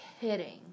kidding